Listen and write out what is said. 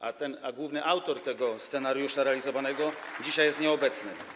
A główny autor tego scenariusza realizowanego dzisiaj jest nieobecny.